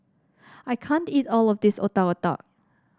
I can't eat all of this Otak Otak